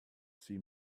see